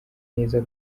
neza